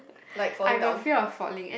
like falling down